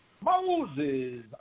Moses